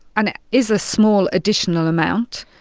and it is a small additional amount,